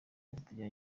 bitajya